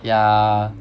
yeah